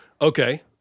Okay